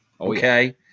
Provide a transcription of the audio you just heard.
Okay